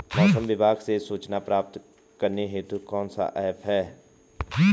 मौसम विभाग से सूचना प्राप्त करने हेतु कौन सा ऐप है?